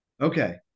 Okay